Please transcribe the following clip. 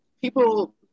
people